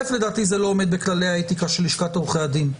לדעתי זה לא עומד בכללי האתיקה של לשכת עורכי הדין.